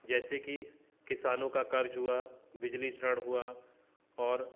जैसे कि किसानों का कर्ज़ हुआ बिजली शरण हुआ और